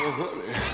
honey